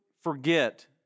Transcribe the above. forget